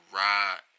ride